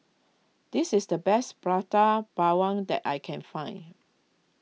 this is the best Prata Bawang that I can find